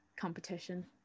competition